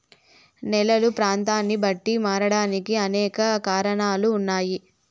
నేలలు ప్రాంతాన్ని బట్టి మారడానికి అనేక కారణాలు ఉన్నాయి